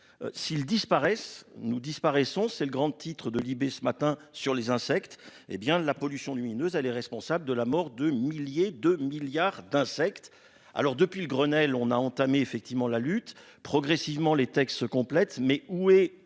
S'ils disparaissent nous disparaissons. C'est le grand titre de Libé ce matin sur les insectes. Hé bien de la pollution lumineuse. Elle est responsable de la mort de milliers de milliards d'insectes. Alors depuis le Grenelle, on a entamé effectivement la lutte progressivement les textes se complètent mais où est